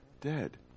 dead